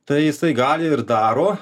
tai jisai gali ir daro